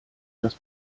dass